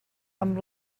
amb